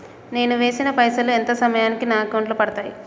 నేను వేసిన పైసలు ఎంత సమయానికి నా అకౌంట్ లో పడతాయి?